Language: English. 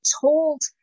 told